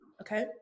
okay